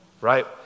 Right